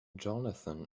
johnathan